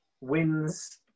wins